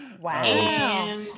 Wow